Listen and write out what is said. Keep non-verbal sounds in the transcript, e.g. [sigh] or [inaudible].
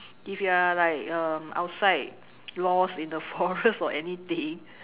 if you are like um outside lost in the forest [laughs] or anything